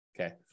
Okay